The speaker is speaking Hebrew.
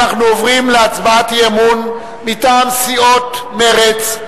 אנחנו עוברים להצעת אי-אמון מטעם סיעות מרצ,